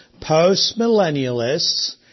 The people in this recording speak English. Post-millennialists